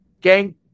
Gang